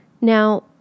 Now